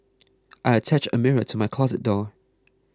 I attached a mirror to my closet door